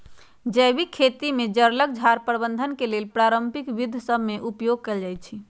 जैविक खेती में जङगल झार प्रबंधन के लेल पारंपरिक विद्ध सभ में उपयोग कएल जाइ छइ